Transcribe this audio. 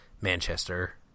Manchester